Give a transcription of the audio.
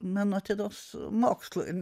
menotyros mokslui na